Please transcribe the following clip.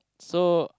so